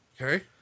Okay